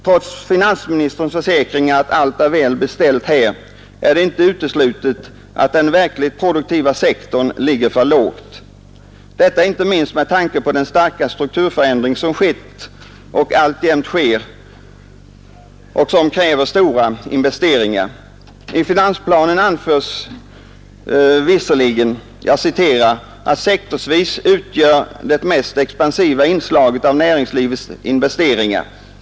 Trots finansministerns försäkringar att allt är välbeställt här, är det inte uteslutet att den verkligt produktiva sektorn ligger för lågt. Detta gäller inte minst med tanke på den starka strukturförändring som skett och alltjämt sker och som kräver stora investeringar. I finansplanen anförs visserligen att det sektorsvis mest expansiva inslaget utgörs av näringslivets investeringar.